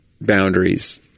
boundaries